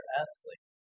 athlete